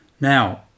Now